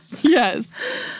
Yes